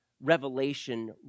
revelation